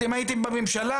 אתם הייתם בממשלה,